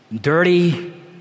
dirty